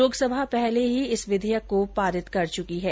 लोकसभा पहले ही इस विधेयक को पारित कर चुकी है